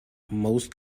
most